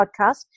podcast